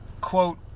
quote